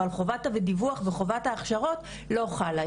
אבל חובת הדיווח וחובת ההכשרות לא חלה עליהם,